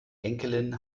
enkelin